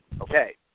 Okay